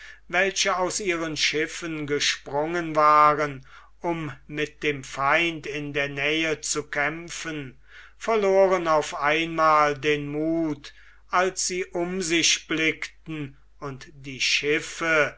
welche aus ihren schiffen gesprungen waren um mit dem feind in der nähe zu kämpfen verloren auf einmal den muth als sie um sich blickten und die schiffe